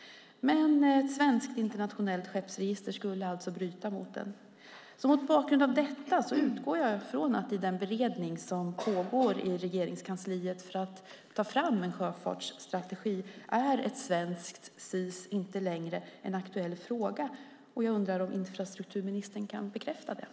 Ett svenskt internationellt skeppsregister skulle dock bryta mot den. Mot bakgrund av detta utgår jag alltså ifrån att SIS inte längre är en aktuell fråga i den beredning för att ta fram en sjöfartsstrategi som pågår i Regeringskansliet. Jag undrar om infrastrukturministern kan bekräfta detta.